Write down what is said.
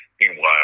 Meanwhile